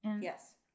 Yes